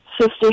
sister